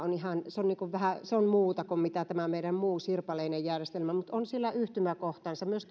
on ihan muuta kuin tämä meidän muu sirpaleinen järjestelmämme on yhtymäkohtansa myös